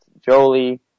Jolie